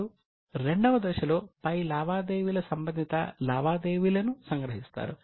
వారు రెండవ దశలో పై లావాదేవీల సంబంధిత లావాదేవీలను సంగ్రహిస్తారు